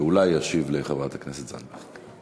שאולי ישיב לחברת הכנסת זנדברג.